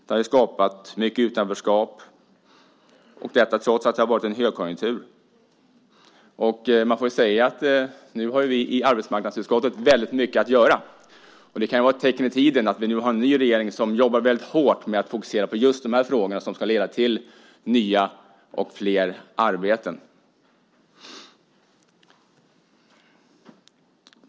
Det har skapat mycket utanförskap, trots att det har varit högkonjunktur. Man får säga att vi i arbetsmarknadsutskottet nu har väldigt mycket att göra. Det kan vara ett tecken i tiden att vi nu har en ny regering som jobbar väldigt hårt med fokus på just de här frågorna som ska leda till nya och flera arbeten.